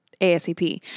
ASAP